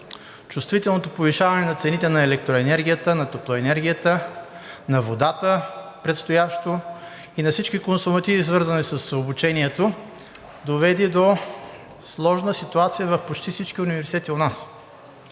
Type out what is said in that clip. Чувствителното повишаване на цените на електроенергията, на топлоенергията, предстоящо на водата и на всички консумативи, свързани с обучението, доведе до сложна ситуация в почти всички университети у нас.